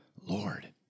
Lord